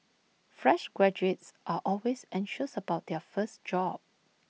fresh graduates are always anxious about their first job